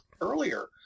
earlier